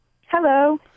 Hello